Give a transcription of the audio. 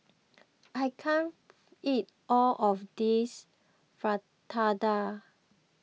I can't eat all of this Fritada